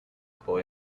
boy